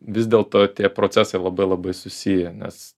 vis dėlto tie procesai labai labai susiję nes